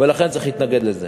ולכן צריך להתנגד לזה.